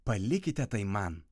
palikite tai man